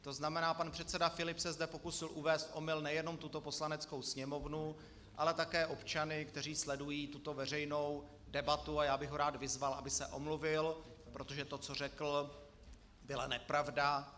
To znamená, pan předseda Filip se zde pokusil uvést v omyl nejenom tuto Poslaneckou sněmovnu, ale také občany, kteří sledují tuto veřejnou debatu, a já bych ho rád vyzval, aby se omluvil, protože to, co řekl, byla nepravda.